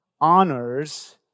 honors